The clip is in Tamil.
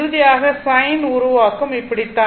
இறுதியாக சைன் உருவாக்கம் இப்படித்தான்